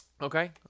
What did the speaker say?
Okay